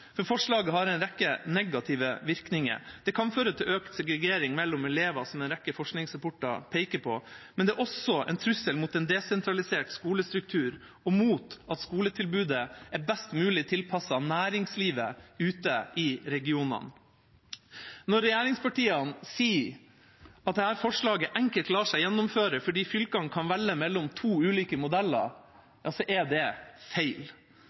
Forslaget har en rekke negative virkninger. Det kan føre til økt segregering mellom elever, som en rekke forskningsrapporter peker på. Men det er også en trussel mot en desentralisert skolestruktur og mot at skoletilbudet er best mulig tilpasset næringslivet ute i regionene. Når regjeringspartiene sier at dette forslaget enkelt lar seg gjennomføre fordi fylkene kan velge mellom to ulike modeller, er det feil.